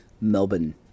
Melbourne –